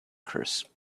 curse